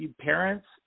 parents